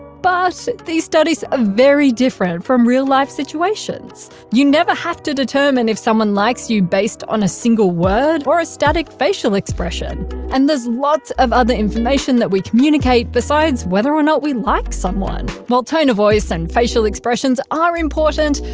but these studies are ah very different from real life situations you never have to determine if someone likes you based on a single word or a static facial expression and there's lots of other information that we communicate besides whether or not we like someone. while tone of voice and facial expressions are important,